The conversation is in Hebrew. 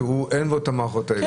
שאין בו המערכות האלה.